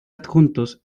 adjuntos